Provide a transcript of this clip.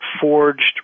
forged